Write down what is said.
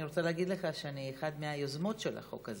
אני רוצה להגיד לך שאני אחת מהיוזמות של החוק הזה,